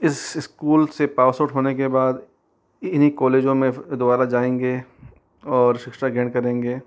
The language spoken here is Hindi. इस स्कूल से पास आउट होने के बाद इन इन्हीं कॉलेजों में दुबारा जाएंगे और शिक्षा ग्रहण करेंगे